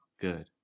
good